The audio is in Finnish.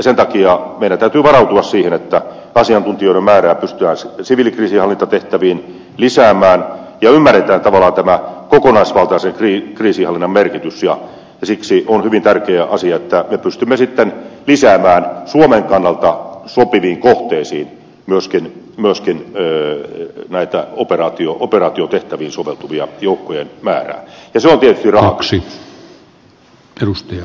meidän täytyy varautua siihen että asiantuntijoiden määrää pystytään siviilikriisinhallintatehtäviin lisäämään ja meidän täytyy myös ymmärtää tämä kokonaisvaltaisen kriisinhallinnan merkitys ja siksi on hyvin tärkeä asia että me pystymme sitten lisäämään suomen kannalta sopiviin kohteisiin myöskin näiden operaatiotehtäviin soveltuvien joukkojen määrää ja se on tietysti rahakysymys